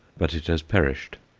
but it has perished.